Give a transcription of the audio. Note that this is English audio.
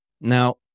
Now